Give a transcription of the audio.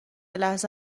لحظه